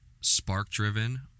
spark-driven